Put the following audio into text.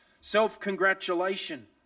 self-congratulation